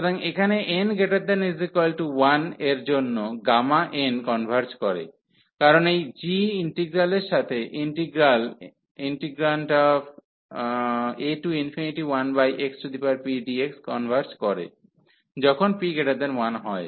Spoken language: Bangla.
সুতরাং এখানে n≥1 এর জন্য n কনভার্জ করে কারণ এই g ইন্টিগ্রালের সাথে ইন্টিগ্রাল a1xpdx কনভার্জ করে যখন p1 হয়